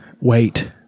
wait